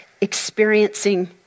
experiencing